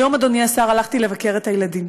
היום, אדוני השר, הלכתי לבקר את הילדים.